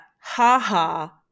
ha-ha